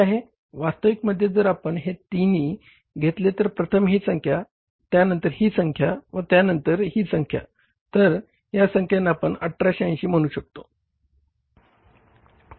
वास्तविकतेमध्ये जर आपण हे तिन्ही घेतले तर प्रथम ही संख्या त्यानंतर ही संख्या व त्यानंतर ही संख्या तर ह्या संख्याना आपण 1880 म्हणू शकतो